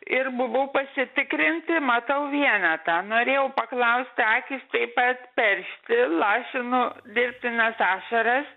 ir buvau pasitikrinti matau vienetą norėjau paklaust akys taip pat peršti lašinu dirbtines ašaras